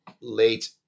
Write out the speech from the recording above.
late